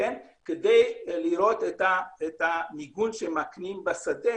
כדי לראות את המיגון שמקנים בשדה,